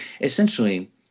Essentially